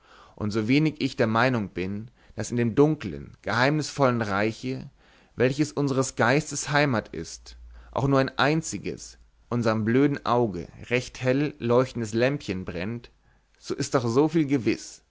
und so wenig ich der meinung bin daß in dem dunklen geheimnisvollen reiche welches unseres geistes heimat ist auch nur ein einziges unserm blödem auge recht hell leuchtendes lämpchen brennt so ist doch so viel gewiß